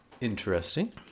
Interesting